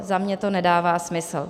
Za mě to nedává smysl.